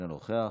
אינו נוכח,